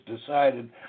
decided